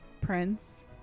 prince